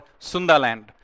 Sundaland